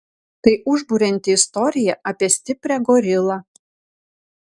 tai užburianti istorija apie stiprią gorilą